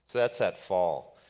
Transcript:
that's that fall.